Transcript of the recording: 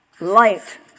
light